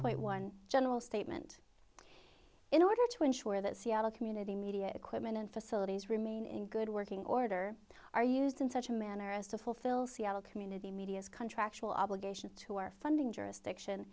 point one general statement in order to ensure that seattle community media equipment and facilities remain in good working order are used in such a manner as to fulfill seattle community media's contractual obligation to our funding jurisdiction